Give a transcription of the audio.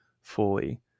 fully